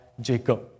Jacob